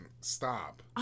Stop